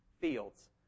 fields